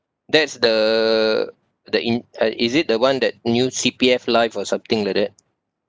that's the the in~ uh is it the one that new C_P_F life or something like that